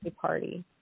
party